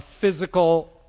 physical